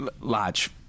large